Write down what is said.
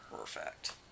perfect